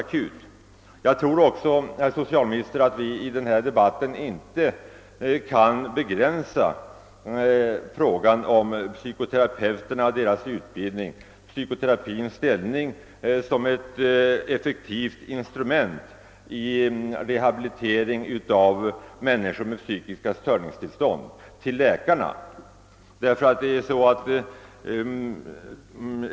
Vi kan inte heller, herr socialminister, i denna debatt om psykoterapeuternas utbildning och psykoterapins ställning som ett effektivt instrument för rehabilitering av människor med psykiska störningstillstånd begränsa oss till läkarna.